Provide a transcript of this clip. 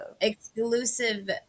exclusive